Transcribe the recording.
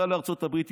סע לארצות הברית,